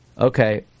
Okay